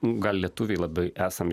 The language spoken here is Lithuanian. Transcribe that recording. gal lietuviai labai esam